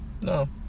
no